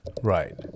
Right